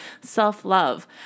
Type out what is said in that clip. self-love